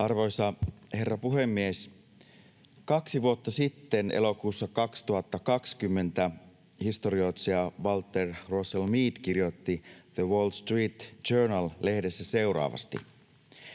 Arvoisa herra puhemies! Kaksi vuotta sitten elokuussa 2020 historioitsija Walter Russell Mead kirjoitti The Wall Street Journal -lehdessä seuraavasti: